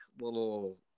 little